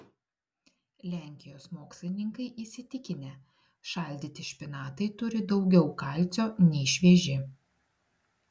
lenkijos mokslininkai įsitikinę šaldyti špinatai turi daugiau kalcio nei švieži